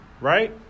right